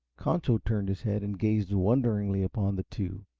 concho turned his head and gazed wonderingly upon the two.